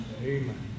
Amen